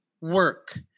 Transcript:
work